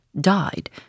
died